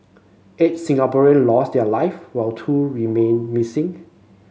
eight Singaporean lost their live while two remain missing